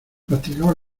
practicaba